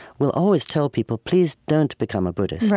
will always tell people, please don't become a buddhist.